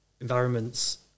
environments